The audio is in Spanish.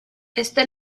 éste